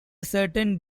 certain